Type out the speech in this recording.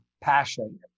passion